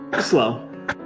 Slow